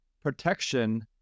protection